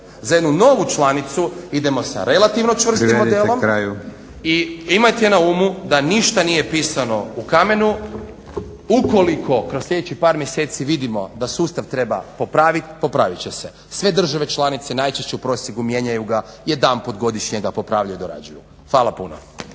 Za jednu novu članicu idemo sa relativno … /Upadica: Privedite kraju./ … čvrstim modelom i imajte na umu da ništa nije pisano u kamenu. Ukoliko kroz sljedećih par mjeseci vidimo da sustav trebamo popravit, popravit će se. Sve države članice najčešće u prosjeku mijenjaju ga jedanput godišnje ga popravljaju i dorađuju. Hvala puno.